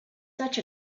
such